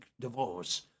divorce